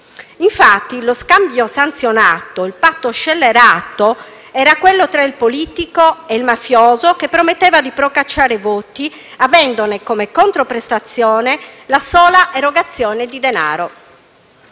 Infatti, lo scambio sanzionato - il patto scellerato - era quello tra il politico e il mafioso che prometteva di procacciare voti, avendone come controprestazione la sola erogazione di denaro.